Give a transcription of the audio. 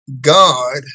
God